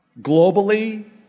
globally